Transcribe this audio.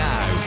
Now